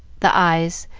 the eyes,